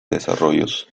desarrollos